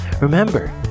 Remember